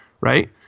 right